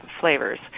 flavors